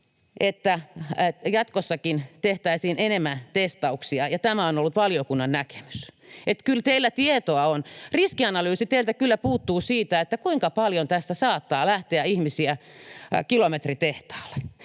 että jatkossakin tehtäisiin enemmän testauksia, ja tämä on ollut valiokunnan näkemys. Kyllä teillä tietoa on, mutta riskianalyysi teiltä kyllä puuttuu siitä, kuinka paljon tässä saattaa lähteä ihmisiä kilometritehtaalle.